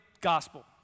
gospel